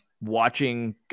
watching